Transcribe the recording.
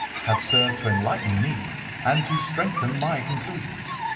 have served to enlighten me and to strengthen my conclusions.